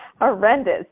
horrendous